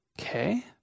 Okay